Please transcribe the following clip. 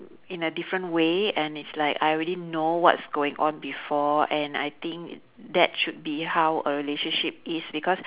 in a different way and it's like I already know what's going on before and I think that should be how a relationship is because